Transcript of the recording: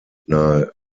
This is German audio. nahe